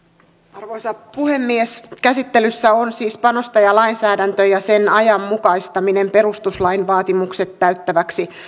arvoisa puhemies käsittelyssä on siis panostajalainsäädäntö ja sen ajanmukaistaminen perustuslain vaatimukset täyttäväksi